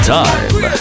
time